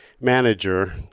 manager